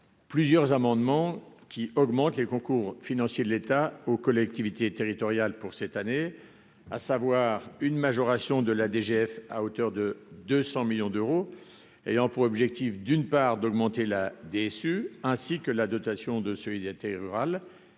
plusieurs amendements qui augmente les concours financiers de l'État aux collectivités territoriales pour cette année, à savoir une majoration de la DGF à hauteur de 200 millions d'euros, ayant pour objectif, d'une part d'augmenter la DSU, ainsi que la dotation de solidarité rurale